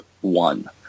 one